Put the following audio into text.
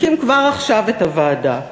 תקים כבר עכשיו את הוועדה,